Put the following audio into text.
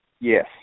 yes